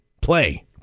play